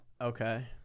Okay